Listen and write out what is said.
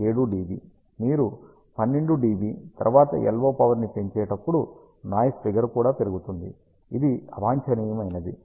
మీరు 12 dBm తర్వాత LO power ని పెంచేటప్పుడు నాయిస్ ఫిగర్ కూడా పెరుగుతుంది ఇది అవాంఛనీయమైనది